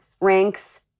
ranks